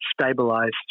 stabilized